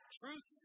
truth